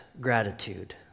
gratitude